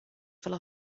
fell